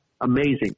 amazing